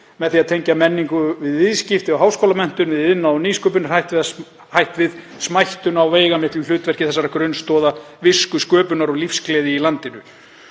Með því að tengja menningu við viðskipti og háskólamenntun við iðnað og nýsköpun er hætt við smættun á veigamiklu hlutverki þessara grunnstoða visku, sköpunar og lífsgleði í landinu.“